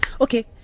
okay